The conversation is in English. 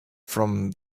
from